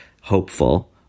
hopeful